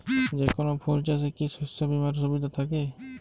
যেকোন ফুল চাষে কি শস্য বিমার সুবিধা থাকে?